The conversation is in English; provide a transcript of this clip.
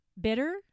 bitter